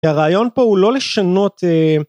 כי הרעיון פה הוא לא לשנות...